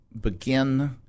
begin